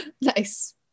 Nice